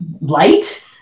light